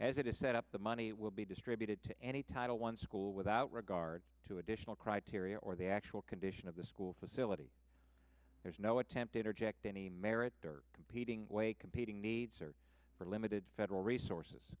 as it is set up the money will be distributed to any title one school without regard to additional criteria or the actual condition of the school facility there's no attempt interject any merit or competing way compete needs are for limited federal resources